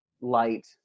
light